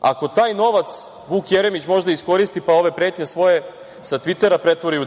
ako taj novac Vuk Jeremić možda iskoristi, pa ove pretnje svoje sa Tvitera pretvori u